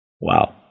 Wow